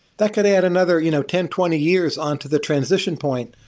that could add another you know ten, twenty years on to the transition point.